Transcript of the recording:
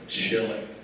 chilling